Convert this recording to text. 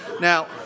Now